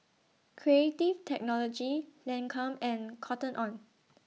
Creative Technology Lancome and Cotton on